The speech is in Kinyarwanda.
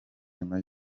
nyuma